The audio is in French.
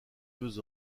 deux